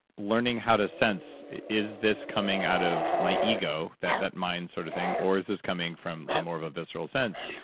learning how to sense, is this coming out of my ego, that that mind sort of thing, or is this coming from more of a visceral sense?